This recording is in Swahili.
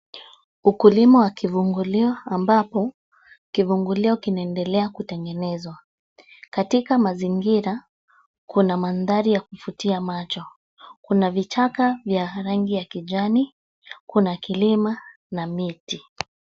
Ukulima wa kivungulio ambapo kivungulio kinaendelea kutengenezwa, katika mazingira kuna mandhari ya kufutia macho, kuna vichaka vya rangi ya kijani, kuna kilimo na miti.